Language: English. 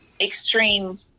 extreme